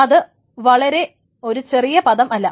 ഇത് വളരെ ഒരു ചെറിയ പദമല്ല